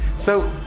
so,